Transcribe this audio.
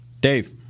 Dave